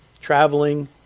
traveling